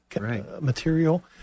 material